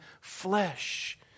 flesh